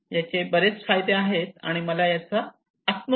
याचे बरेच फायदे आहेत आणि मला याचा आत्मविश्वास आहे